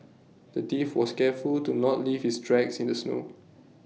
the thief was careful to not leave his tracks in the snow